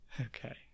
okay